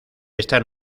esta